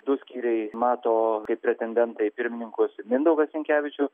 du skyriai mato kaip pretendentą į pirmininkus mindaugą sinkevičių